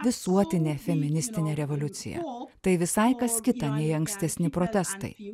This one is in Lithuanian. visuotinė feministinė revoliucija tai visai kas kita nei ankstesni protestai